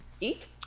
Eat